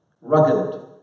Rugged